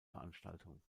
veranstaltung